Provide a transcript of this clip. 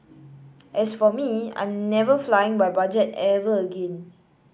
as for me I'm never flying by budget ever again